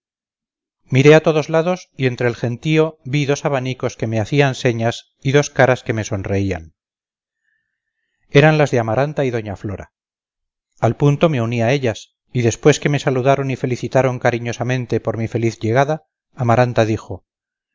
miré a todos lados y entre el gentío vi dos abanicos que me hacían señas y dos caras que me sonreían eran las de amaranta y doña flora al punto me uní a ellas y después que me saludaron y felicitaron cariñosamente por mi feliz llegada amaranta dijo